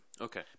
Okay